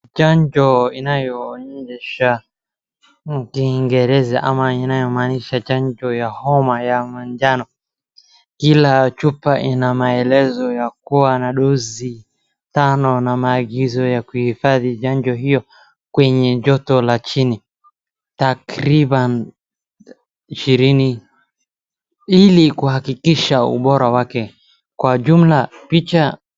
Chanjo inayoonyesha na kiingereza ama inayomaanisha chanjo ya homa ya manjano, kila chupa ina maelezo ya kuwa na dose tano na maagizo ya kuhifadhi chanjo hiyo kwenye joto la chini, takriban ishirini, ili kuhakikisha ubora wake, kwa jumla picha.